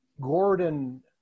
Gordon